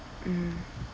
mm